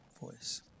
voice